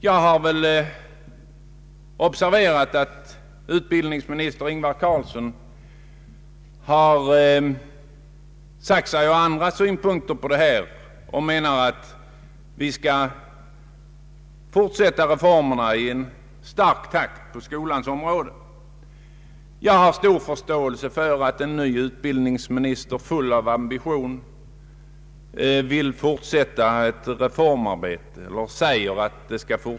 Jag har observerat att utbildningsminister Ingvar Carlsson har sagt sig ha andra synpunkter på detta. Han anser att reformarbetet bör fortsätta i snabb takt på skolans område. Jag har stor förståelse för att en ny utbildningsminister, full av ambition, vill fortsätta reformarbetet.